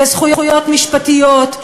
בזכויות משפטיות,